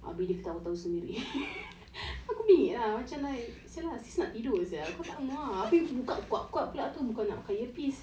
abeh dia ketawa-ketawa sendiri aku bingit lah macam like [sial] ah sis nak tidur sia kau takmo ah abeh buka kuat-kuat pula tu bukan nak pakai earpiece